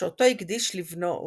שאותו הקדיש לבנו אורי.